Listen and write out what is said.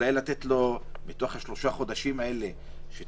אולי מתוך השלושה חודשים האלה לקבוע